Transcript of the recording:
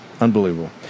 Unbelievable